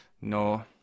No